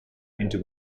into